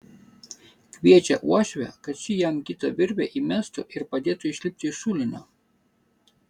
kviečia uošvę kad ši jam kitą virvę įmestų ir padėtų išlipti iš šulinio